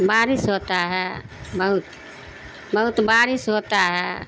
بارش ہوتا ہے بہت بہت بارش ہوتا ہے